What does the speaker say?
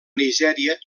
nigèria